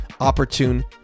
opportune